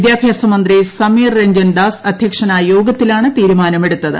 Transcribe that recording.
വിദ്യാഭ്യാസമന്ത്രി സമീർ രജ്ഞൻ ദാസ് അധ്യക്ഷനായ യോഗത്തിലാണ് തീരുമാനമെടുത്തത്